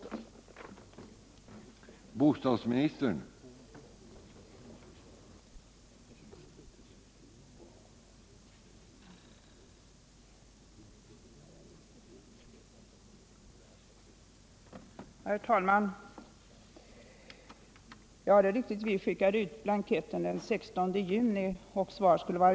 Denna möjlighet förespeglades inte kommunerna, då de hade att ta ställning till frågan om att söka statsbidrag.